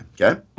okay